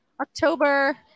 October